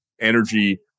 energy